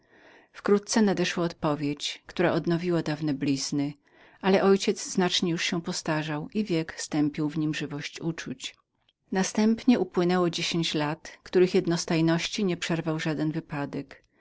wkrótce nadeszła odpowiedź która odnowiła dawne blizny ale mój ojciec znacznie już był podstarzał i wiek stępił w nim żywość uczuć następnie przepłynęło dziesięć lat których jednostajność nie przerwał żaden wypadek